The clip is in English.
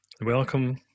welcome